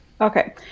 Okay